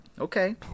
Okay